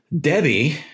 Debbie